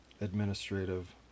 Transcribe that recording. administrative